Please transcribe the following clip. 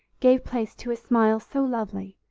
gave place to a smile so lovely,